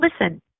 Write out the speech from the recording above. listen